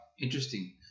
interesting